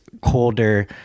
colder